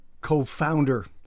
co-founder